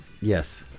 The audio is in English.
Yes